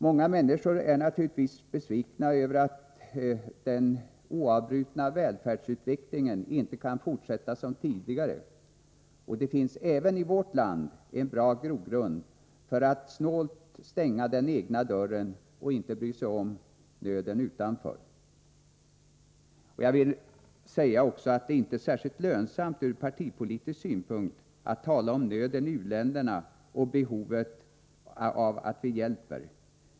Många människor är naturligtvis besvikna över att den oavbrutna välfärdsutvecklingen inte kan fortsätta som tidigare, och det finns även i vårt land en bra grogrund för att snålt stänga den egna dörren och inte bry sig om nöden utanför. Just mot bakgrunden av de egna problemen här i landet är det inte särskilt lönsamt ur partipolitisk synpunkt att tala om nöden i u-länderna och behovet av att vi hjälper.